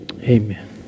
Amen